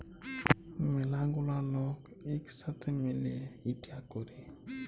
ম্যালা গুলা লক ইক সাথে মিলে ইটা ক্যরে